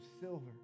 silver